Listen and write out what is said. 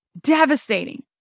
devastating